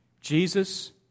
Jesus